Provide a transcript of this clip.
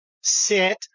Sit